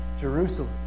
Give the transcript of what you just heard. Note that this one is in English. Jerusalem